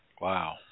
Wow